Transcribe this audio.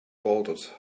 bolted